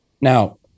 Now